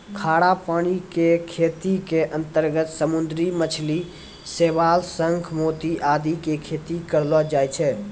खारा पानी के खेती के अंतर्गत समुद्री मछली, शैवाल, शंख, मोती आदि के खेती करलो जाय छै